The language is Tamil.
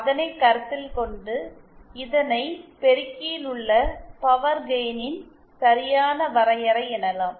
அதனை கருத்தில் கொண்டு இதனை பெருக்கியிலுள்ள பவர் கெயினின் சரியான வரையறை எனலாம்